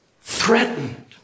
Threatened